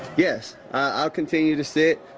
yes. i'll continue to sit.